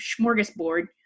smorgasbord